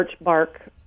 bark